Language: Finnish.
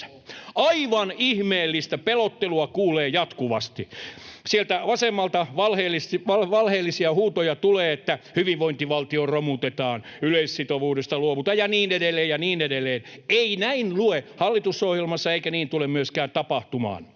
Aivan ihmeellistä pelottelua kuulee jatkuvasti. Sieltä vasemmalta tulee valheellisia huutoja, että ”hyvinvointivaltio romutetaan”, ”yleissitovuudesta luovutaan” ja niin edelleen ja niin edelleen. Ei näin lue hallitusohjelmassa, eikä niin tule myöskään tapahtumaan.